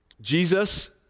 Jesus